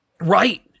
Right